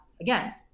again